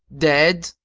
dead?